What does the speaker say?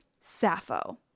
Sappho